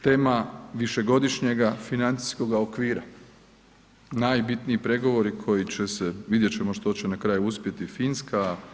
Tema višegodišnjega financijskog okvira, najbitniji pregovori koji će se, vidjet ćemo što će na kraju uspjeti, Finska.